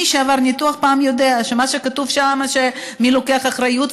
מי שעבר ניתוח פעם יודע שמה שכתוב שם מי לוקח אחריות,